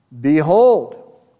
Behold